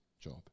job